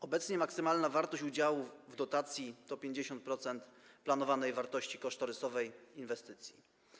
Obecnie maksymalna wartość udziału w dotacji to 50% planowanej wartości kosztorysowej inwestycji.